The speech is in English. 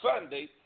Sunday